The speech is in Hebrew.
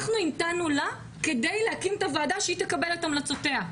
אנחנו המתנו לה כדי להקים את הוועדה שהיא תקבל את המלצותיה,